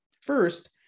First